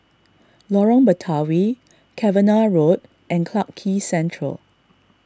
Lorong Batawi Cavenagh Road and Clarke Quay Central